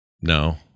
No